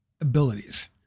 abilities